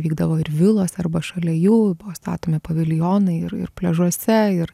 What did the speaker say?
vykdavo ir vilos arba šalia jų buvo statomi paviljonai ir ir pliažuose ir